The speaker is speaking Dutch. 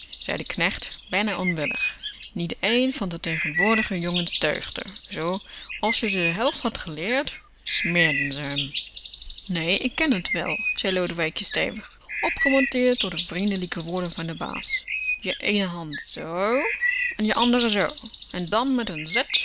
zei de knecht bijna onwillig niet één van de tegenwoordige jongens deugde zoo as je ze de helft had geleerd smeerden ze m nee ik ken t wel zei lodewijkje stevig opgemonterd door de vriendelijke woorden van de baas je eene hand zoo en je andere zoo en dan met n